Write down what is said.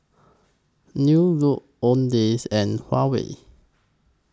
New Look Owndays and Huawei